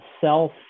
self